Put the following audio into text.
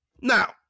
Now